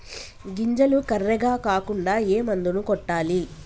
గింజలు కర్రెగ కాకుండా ఏ మందును కొట్టాలి?